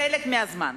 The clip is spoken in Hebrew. חלק מהזמן.